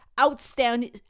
outstanding